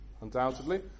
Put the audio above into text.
undoubtedly